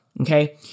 Okay